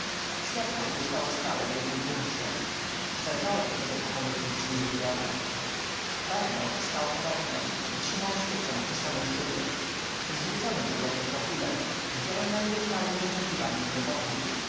światło błyszczało stale w jednym punkcie zajrzałem do tego pokoju przez drzwi uchylone barrymore stał pod oknem i trzymał świecę przy samej szybie zwrócony był do mnie profilem widziałem na jego twarzy wyczekiwanie i niepokój